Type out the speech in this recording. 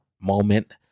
moment